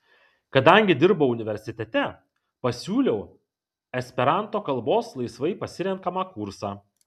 kadangi dirbau universitete pasiūliau esperanto kalbos laisvai pasirenkamą kursą